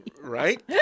right